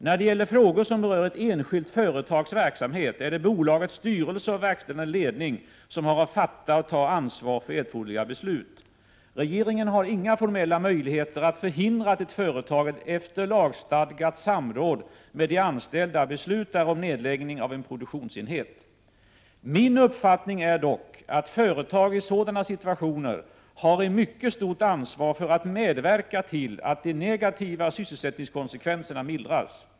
När det gäller frågor som rör ett enskilt företags verksamhet är det bolagets styrelse och verkställande ledning som har att fatta och ta ansvar för erforderliga beslut. Regeringen har inga formella möjligheter att förhindra att ett företag, efter lagstadgat samråd med de anställda, beslutar om nedläggning av en produktionsenhet. Min uppfattning är dock att företag i sådana situationer har ett mycket stort ansvar när det gäller att medverka till att de negativa sysselsättninskonsekvenserna mildras.